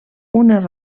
unes